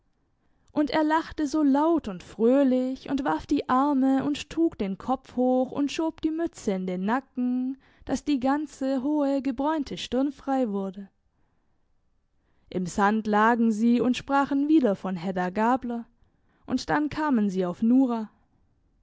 und er lachte so laut und fröhlich und warf die arme und trug den kopf hoch und schob die mütze in den nacken dass die ganze hohe gebräunte stirn frei wurde im sand lagen sie und sprachen wieder von hedda gabler und dann kamen sie auf nora